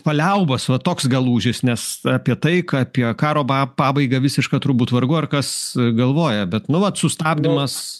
paliaubos va toks gal lūžis nes apie taiką apie karo ba pabaigą visišką turbūt vargu ar kas galvoja bet nu vat sustabdymas